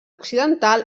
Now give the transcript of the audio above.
occidental